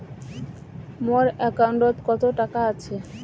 মোর একাউন্টত কত টাকা আছে?